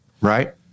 Right